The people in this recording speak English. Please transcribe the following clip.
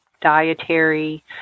dietary